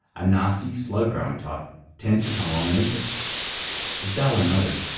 a nasty slow growing type tends to come along and eat it. as darwin noted,